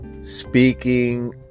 speaking